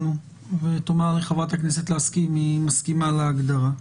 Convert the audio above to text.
לי ח"כ לסקי אם היא מסכימה להגדרה,